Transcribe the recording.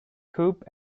coupe